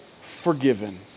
forgiven